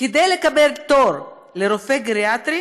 כדי לקבל תור לרופא גריאטרי